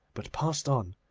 but passed on,